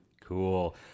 cool